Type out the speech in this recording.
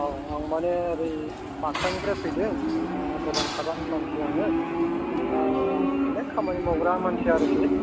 औ आंं मानि ओरै बाक्सानिफ्राय फैदों दा गोदान सोदान मानसि आङो दा आं खामानि मावग्रा मानसि आरोखि